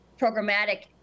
programmatic